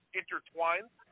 intertwined